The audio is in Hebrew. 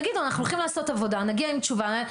שיגידו: אנחנו הולכים לעשות עבודה, נגיע עם תשובה.